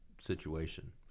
situation